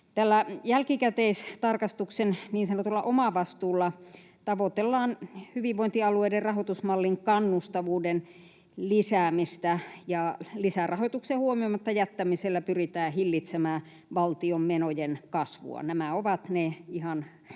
Tällä jälkikäteistarkastuksen niin sanotulla omavastuulla tavoitellaan hyvinvointialueiden rahoitusmallin kannustavuuden lisäämistä ja lisärahoituksen huomioimatta jättämisellä pyritään hillitsemään valtion menojen kasvua. Nämä ovat ne ihan